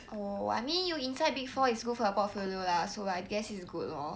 oh I mean you inside big four is good for your portfolio lah so I guess it's good lor